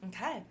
Okay